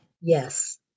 Yes